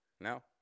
No